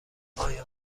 آیا